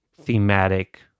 thematic